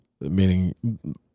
meaning